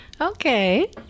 Okay